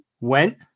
went